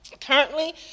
Currently